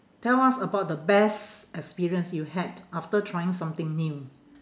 tell us about the best experience you had after trying something new